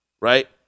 right